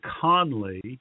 Conley